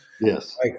Yes